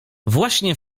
właśnie